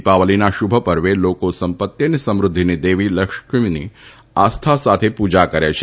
દીપાવલીના શુભપર્વે લોકો સંપત્તી અને સમૃદ્ધિની દેવી લક્ષ્મીની આસ્થા સાથે પૂજા કરે છે